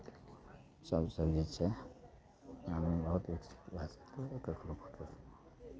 सभ सभ जे छै ग्रामीण बहुत उएह करि कऽ बहुत